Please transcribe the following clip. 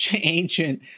ancient